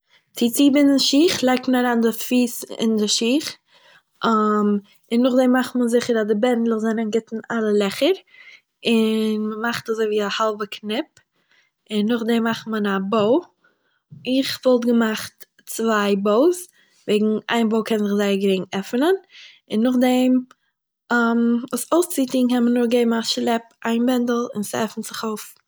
צו צובינדן שיך לייגט מען אריין די פיס אין די שיך, און נאכדעם מאכט מען זיכער אז די בענדלעך זענען גוט אין אלע לעכער, און מ'מאכט אזויווי א האלבע קניפ און נאכדעם מאכט מען א באו, איך וואלט געמאכט צוויי באוס, וועגן איין באו קען זיך זייער גרינג עפענען, און נאכדעם עס אויסצוטוהן - נאר געבן א שלעפ איין בענדל און ס'עפענט זיך אויף